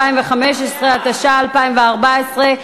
התשע"ה 2014,